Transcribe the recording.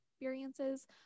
experiences